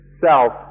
self